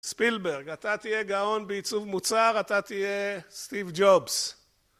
ספילברג, אתה תהיה גאון בעיצוב מוצר, אתה תהיה סטיב ג'ובס